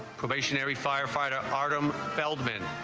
stationary firefighter artem feldman